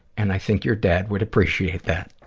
and i think your dad would appreciate that.